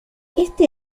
este